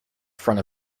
front